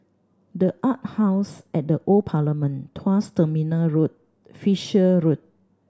The Arts House at the Old Parliament Tuas Terminal Road Fisher Road